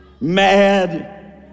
mad